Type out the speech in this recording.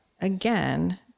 again